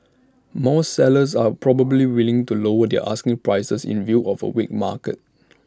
more sellers are probably willing to lower their asking prices in view of A weak market